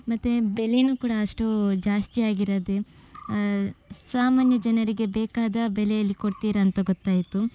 ಮತ್ತು ಬೆಲೆನೂ ಕೂಡ ಅಷ್ಟು ಜಾಸ್ತಿಯಾಗಿರದೆ ಸಾಮಾನ್ಯ ಜನರಿಗೆ ಬೇಕಾದ ಬೆಲೆಯಲ್ಲಿ ಕೊಡ್ತೀರ ಅಂತ ಗೊತ್ತಾಯಿತು